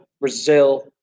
Brazil